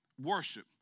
worship